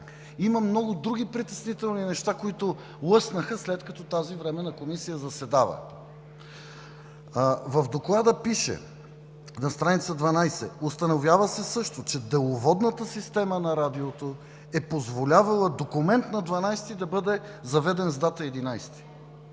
има много други притеснителни неща, които лъснаха, след като тази Временна комисия заседава. В Доклада пише на страница 12: „установява се също, че деловодната система на Радиото е позволявала документ на 12-и да бъде заведен с дата 11-и“.